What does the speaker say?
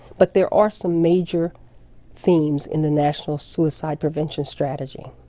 but there are some major themes in the national suicide prevention strategy.